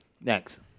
Next